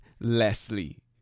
Leslie